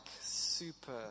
super